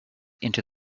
into